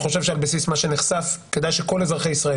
ואני חושב שעל בסיס מה שנחשף כדאי שכל אזרחי ישראל